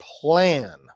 plan